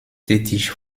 tätig